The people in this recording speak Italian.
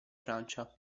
francia